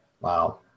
Wow